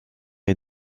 est